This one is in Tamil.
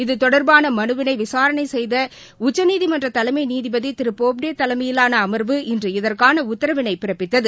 இத தொடர்பானமனுவினைவிசாரணைசெய்தஉச்சநீதிமன்றதலைமைநீதிபதிதிருபோப்டேதலைமயிலானஅமா்வு இன்று இதற்கானஉத்தரவினைபிறப்பித்தது